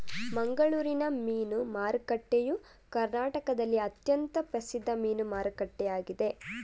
ಮಂಗಳೂರಿನ ಮೀನು ಮಾರುಕಟ್ಟೆಯು ಕರ್ನಾಟಕದಲ್ಲಿ ಅತ್ಯಂತ ಪ್ರಸಿದ್ಧ ಮೀನು ಮಾರುಕಟ್ಟೆಯಾಗಿದೆ